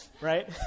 Right